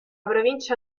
provincia